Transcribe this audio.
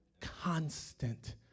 constant